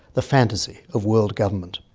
the fantasy of world government.